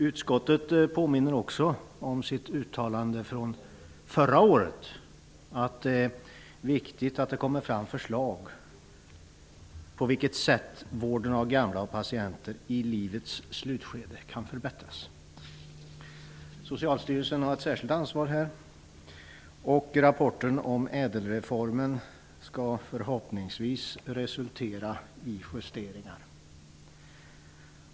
Utskottet påminner också om sitt uttalande från förra året att det är viktigt att det kommer fram förslag till på vilket sätt vården av gamla och patienter i livets slutskede kan förbättras. Socialstyrelsen har ett särskilt ansvar här. Rapporten om Ädelreformen skall förhoppningsvis resultera i justeringar.